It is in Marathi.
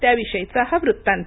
त्याविषयीचा हा वृत्तांत